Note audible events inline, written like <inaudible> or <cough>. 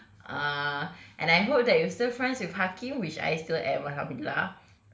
<breath> uh and I hope that you're still friends with hakim which I still am alhamdulillah